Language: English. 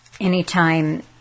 Anytime